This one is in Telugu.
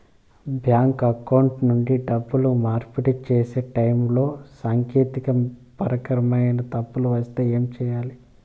బ్యాంకు అకౌంట్ నుండి డబ్బులు మార్పిడి సేసే టైములో సాంకేతికపరమైన తప్పులు వస్తే ఏమి సేయాలి